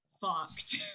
fucked